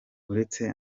uretse